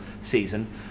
season